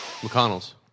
McConnell's